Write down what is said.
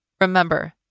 Remember